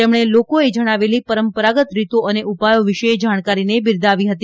તેમણે લોકોએ જણાવેલી પરંપરાગત રીતો અને ઉપાયો વિશે જાણકારીને બિરદાવી હતી